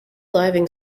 diving